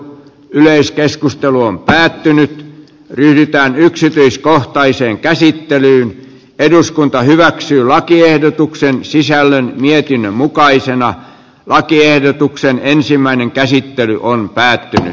yleiskeskustelu on päättynyt pyritään yksityiskohtaiseen käsittelyyn eduskunta hyväksyy lakiehdotuksen sisällön mietinnön mukaisena lakiehdotuksen ensimmäinen käsittely on päättynyt